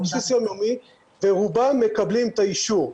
על בסיס יום יומי ורובם מקבלים את האישור.